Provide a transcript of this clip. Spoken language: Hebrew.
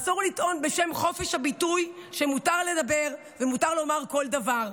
אסור לטעון בשם חופש הביטוי שמותר לדבר ומותר לומר כל דבר.